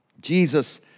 Jesus